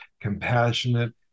compassionate